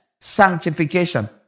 sanctification